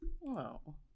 wow